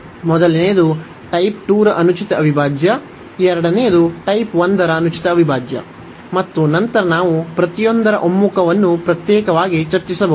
ಮೊದಲನೆಯದು ಟೈಪ್ 2 ರ ಅನುಚಿತ ಅವಿಭಾಜ್ಯ ಎರಡನೆಯದು ಟೈಪ್ 1 ರ ಅನುಚಿತ ಅವಿಭಾಜ್ಯ ಮತ್ತು ನಂತರ ನಾವು ಪ್ರತಿಯೊಂದರ ಒಮ್ಮುಖವನ್ನು ಪ್ರತ್ಯೇಕವಾಗಿ ಚರ್ಚಿಸಬಹುದು